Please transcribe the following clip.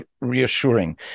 reassuring